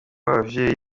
abavyeyi